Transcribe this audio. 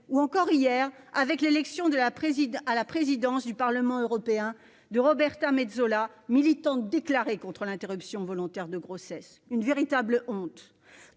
ou encore hier à l'occasion de l'élection à la présidence du Parlement européen de Roberta Metsola, militante déclarée contre l'interruption volontaire de grossesse. Une véritable honte